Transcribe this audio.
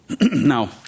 Now